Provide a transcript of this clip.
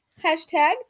hashtag